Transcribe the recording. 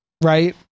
right